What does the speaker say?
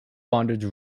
bondage